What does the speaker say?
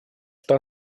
что